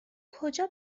کجا